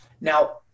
Now